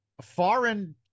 foreign